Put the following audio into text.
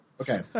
Okay